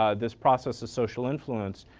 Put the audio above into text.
ah this process is social influence.